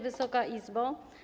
Wysoka Izbo!